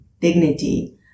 dignity